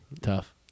Tough